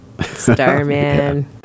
Starman